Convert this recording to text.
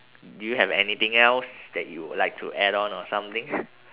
do you have anything else that you would like to add on or something